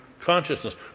consciousness